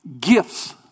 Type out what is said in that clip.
gifts